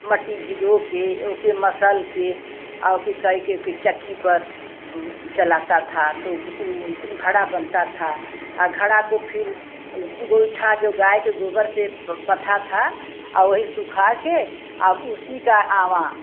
मट्टी भिगोकर ओके मसलकर ओके कइके ओके चक्की पर चलाता था तो ऊ घड़ा बनता था घड़े को फिर गोइठा जो गाय के गोबर से पथा था वही सुखाकर उसी का आवाँ